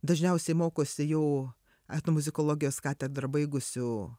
dažniausiai mokosi jau etnomuzikologijos katedrą baigusių